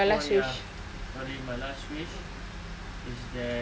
oh ya sorry my last wish is that